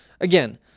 Again